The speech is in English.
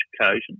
occasion